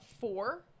four